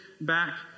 back